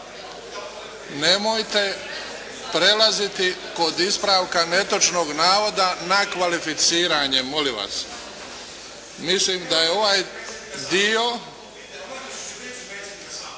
Nemojte prelaziti kod ispravka netočnog navoda na kvalificiranje. Mislim da je ovaj dio